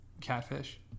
Catfish